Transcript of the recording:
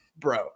bro